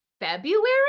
february